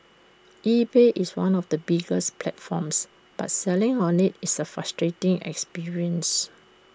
eBay is one of the biggest platforms but selling on IT is A frustrating experience